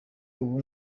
ubu